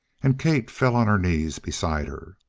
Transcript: and kate fell on her knees beside her.